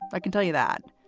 i can tell you that.